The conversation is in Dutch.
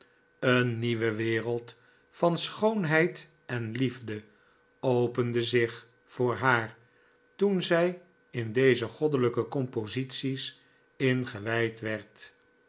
een nieuwe wereld van schoonheid en liefde opende zich voor haar toen zij in deze goddelijke composities ingewijd werd